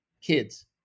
kids